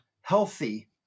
healthy